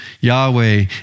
Yahweh